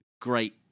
Great